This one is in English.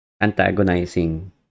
antagonizing